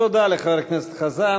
תודה לחבר הכנסת חזן.